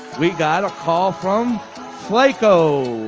we got a call from flaco,